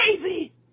crazy